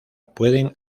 pueden